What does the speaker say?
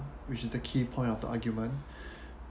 which is the key point of the argument